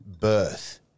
birth